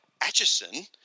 Atchison